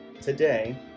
today